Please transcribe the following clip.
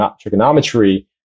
trigonometry